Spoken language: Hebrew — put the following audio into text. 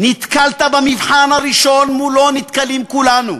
נתקלת במבחן הראשון שבו נתקלים כולנו: